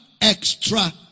extra